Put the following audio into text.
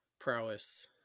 prowess